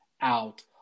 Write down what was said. out